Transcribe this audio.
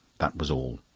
that was all.